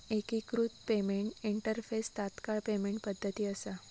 एकिकृत payment interface तात्काळ payment पद्धती असा